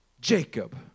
Jacob